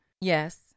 Yes